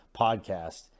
podcast